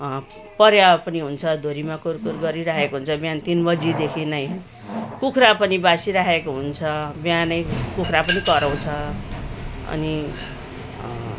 परेवा पनि हुन्छ धुरीमा कुरकुर गरिरहेको हुन्छ बिहान तिन बजीदेखि नै कुखुरा पनि बासिरहेको हुन्छ बिहानै कुखुरा पनि कराउँछ अनि